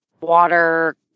water